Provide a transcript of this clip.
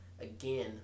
again